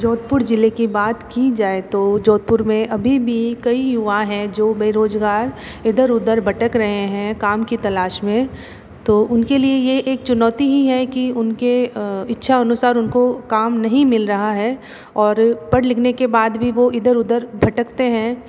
जोधपुर जिले की बात की जाए तो जोधपुर में अभी बी कई युवा हैं जो बेरोजगार इधर उधर भटक रहे हैं काम की तलाश में तो उनके लिए ये एक चुनौती ही है कि उनके इच्छाअनुसार उनको काम नहीं मिल रहा है और पढ़ लिखने के बाद भी वो इधर उधर भटकते हैं